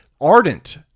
ardent